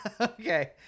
Okay